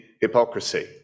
hypocrisy